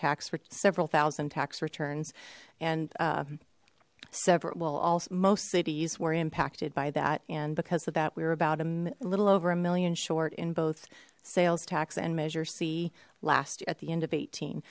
tax for several thousand tax returns and separate well almost cities were impacted by that and because of that we were about a little over a million short in both sales tax and measure c last at the end of eighteen